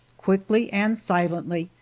quickly and silently,